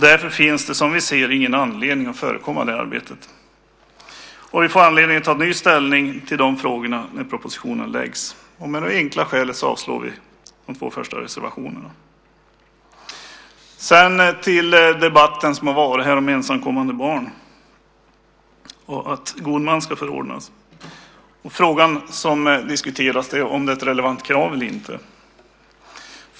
Därför finns det, som vi ser det, ingen anledning att gå det arbetet i förväg. Vi får anledning att ta ny ställning i frågorna när propositionen läggs fram. Av det enkla skälet vill vi avslå de två första reservationerna. Vi har debatterat ensamkommande barn och ett förslag om att god man ska förordnas för dem. Frågan är om detta är ett relevant krav eller inte.